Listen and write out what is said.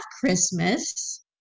Christmas